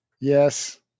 Yes